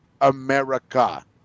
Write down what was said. America